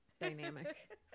dynamic